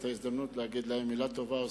זאת הזדמנות להגיד להם מלה טובה.